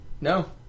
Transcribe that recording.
No